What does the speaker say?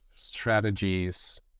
strategies